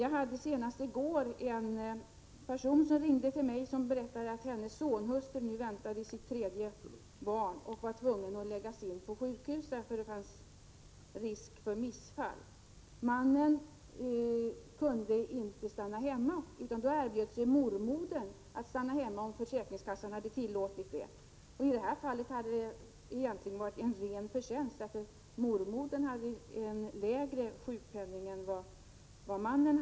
Nyligen ringde mig en person och berättade att hennes sonhustru väntade sitt tredje barn och var tvungen att bli inlagd på sjukhus på grund av risk för missfall. Mannen kunde inte stanna hemma, utan mormodern erbjöd sig att komma och vara hos barnen, om försäkringskassan tillät detta. I detta fall hade det egentligen blivit en ren förtjänst, eftersom mormodern hade lägre sjukpenning än mannen.